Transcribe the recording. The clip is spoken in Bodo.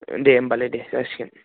दे होमब्लालाय दे जासिगोन